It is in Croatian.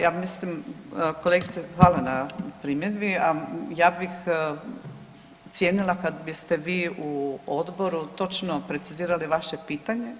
Ja mislim, kolegice hvala na primjedbi, a ja bih cijenila kad biste vi u Odboru točno precizirali vaše pitanje.